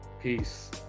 Peace